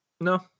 No